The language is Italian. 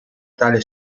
tale